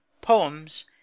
Poems